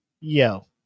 yo